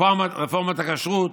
רפורמת הכשרות,